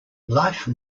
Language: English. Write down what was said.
life